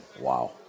Wow